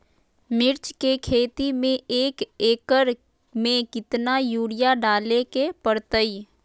मिर्च के खेती में एक एकर में कितना यूरिया डाले के परतई?